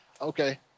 Okay